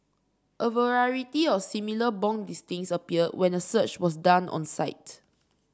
a variety of similar bong listings appeared when a search was done on the site